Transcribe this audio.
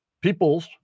people's